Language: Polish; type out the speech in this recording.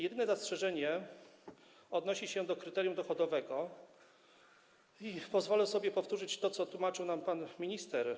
Jedyne zastrzeżenie odnosi się do kryterium dochodowego i pozwolę sobie powtórzyć to, co tłumaczył nam pan minister.